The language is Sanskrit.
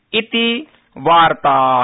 इति वार्ता